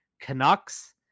Canucks